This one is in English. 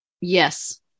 Yes